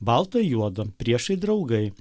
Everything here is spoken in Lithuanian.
balta juoda priešai draugai